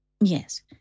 Yes